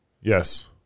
Yes